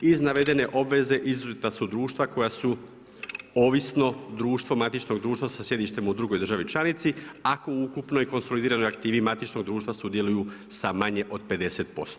Iz navedene obveze izuzeta su društva koja su ovisno društvo matičnog društva sa sjedištem u drugoj državi članici ako u ukupnoj konsolidiranoj aktivi matičnog društva sudjeluju sa manje od 50%